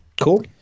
Cool